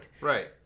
Right